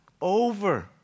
over